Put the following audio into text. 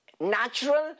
Natural